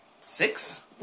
six